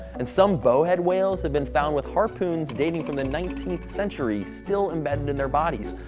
and some bowhead whales have been found with harpoons dating from the nineteenth century still embedded in their bodies,